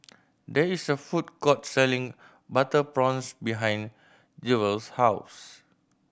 there is a food court selling butter prawns behind Jewel's house